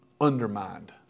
undermined